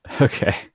okay